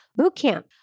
bootcamp